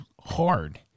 hard